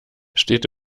steht